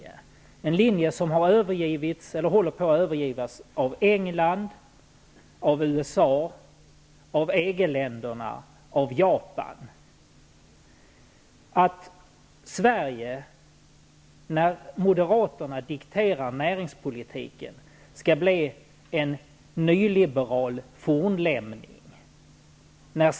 Det skulle vara en linje som har övergivits, eller håller på att övergivas, av Skall Sverige, när moderaterna dikterar näringspolitiken, bli en nyliberal fornlämning?